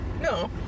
No